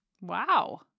Wow